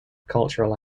cultural